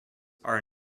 are